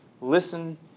listen